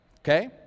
Okay